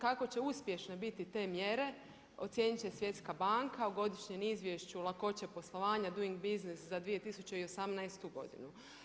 Kako će uspješne biti te mjere ocijenit će Svjetska banka u godišnjem izvješću lakoće poslovanja Doing Business za 2018. godinu.